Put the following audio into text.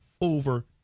over